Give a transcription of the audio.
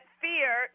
fear